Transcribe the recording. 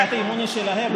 הצעת האי-אמון היא שלהם.